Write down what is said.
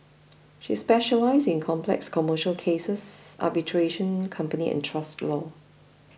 she specialises in complex commercial cases arbitration company and trust law